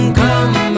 come